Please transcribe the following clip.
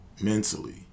mentally